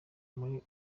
muri